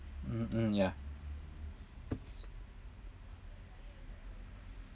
mm mm yeah